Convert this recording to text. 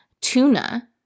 tuna